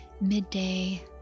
midday